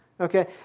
Okay